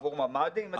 עבור ממ"דים?